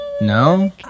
no